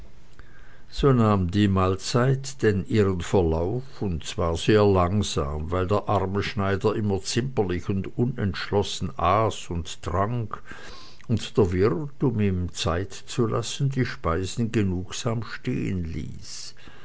so nahm die mahlzeit denn ihren verlauf und zwar sehr langsam weil der arme schneider immer zimperlich und unentschlossen aß und trank und der wirt um ihm zeit zu lassen die speisen genugsam stehenließ